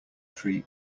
tree